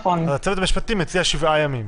הצוות המשפטי של הוועדה מציע 7 ימים.